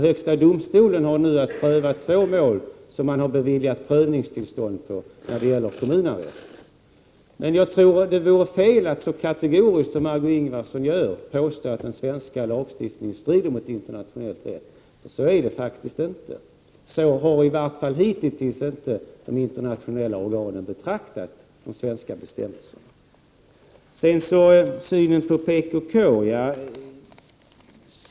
Högsta domstolen har också att pröva två mål om kommunarrest där man har beviljat prövningstillstånd. Jag tror att det vore fel att så kategoriskt som Margö Ingvardsson gör påstå att den svenska lagstiftningen strider mot internationell rätt. Så är det faktiskt inte, och så har i vart fall hitintills inte de internationella organen betraktat de svenska bestämmelserna.